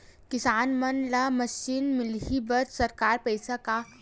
किसान मन ला मशीन मिलही बर सरकार पईसा का?